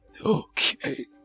Okay